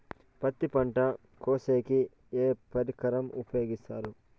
పత్తి పంట కోసేకి ఏ పరికరం ఉపయోగిస్తారు?